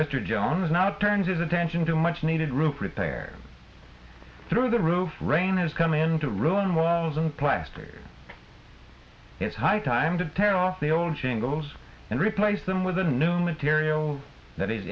mr jones now turns his attention to much needed roof repair through the roof rain is coming in to ruin wells and plaster it's high time to turn off the old shingles and replace them with a new material that is